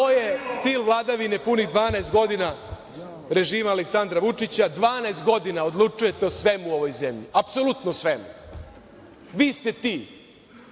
to je stil vladavine punih 12 godina režima Aleksandra Vučića. Dvanaest godina odlučujete o svemu u ovoj zemlji, apsolutno o svemu. Vi ste ti